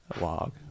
log